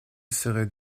serait